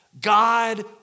God